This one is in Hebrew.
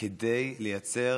כדי לייצר